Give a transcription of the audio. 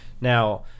Now